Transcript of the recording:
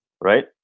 right